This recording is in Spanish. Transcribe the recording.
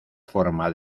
forma